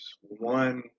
one